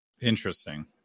Interesting